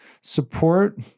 support